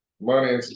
Money